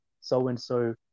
so-and-so